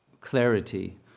clarity